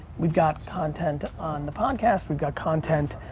we've got content on the podcast, we've got content